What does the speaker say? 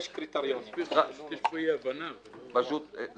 חאג' יחיא (הרשימה המשותפת): יש קריטריון.